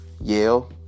Yale